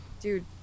dude